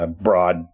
broad